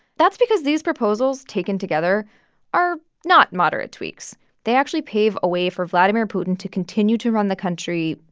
that's because these proposals taken together are not moderate tweaks they actually pave a way for vladimir putin to continue to run the country,